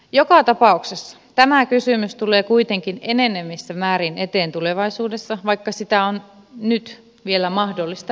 joka tapauksessa tämä kysymys tulee kuitenkin enenevässä määrin eteen tulevaisuudessa vaikka sitä on nyt vielä mahdollista väistellä